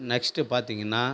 next பாத்திங்கன்னா